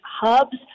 hubs